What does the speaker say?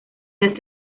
las